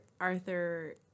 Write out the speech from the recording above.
Arthur